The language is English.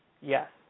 Yes